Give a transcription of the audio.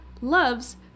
loves